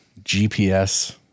GPS